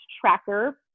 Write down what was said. tracker